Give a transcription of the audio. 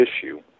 issue